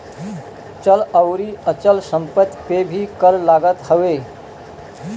चल अउरी अचल संपत्ति पे भी कर लागत हवे